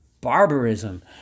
barbarism